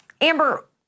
Amber